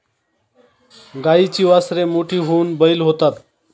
गाईची वासरे मोठी होऊन बैल होतात